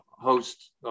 Host